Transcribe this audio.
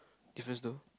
give this to